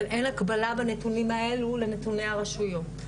אבל אין הקבלה בין הנתונים האלה לנתוני הרשויות.